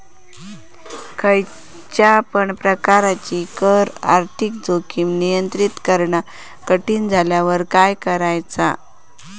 खयच्या पण प्रकारची कर आर्थिक जोखीम नियंत्रित करणा कठीण झाल्यावर काय करायचा?